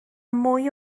mwy